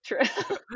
true